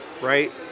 Right